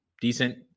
decent